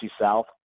South